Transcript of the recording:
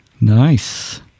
Nice